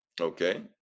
Okay